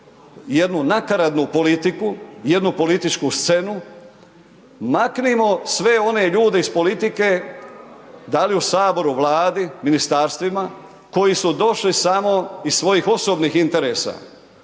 jednu nakaradu politiku, jednu političku scenu, maknimo sve one ljude iz politike, da li u HS, Vladi, ministarstvima, koji su došli samo iz svojih osobnih interesa,